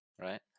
right